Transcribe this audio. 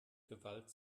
gewalt